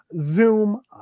Zoom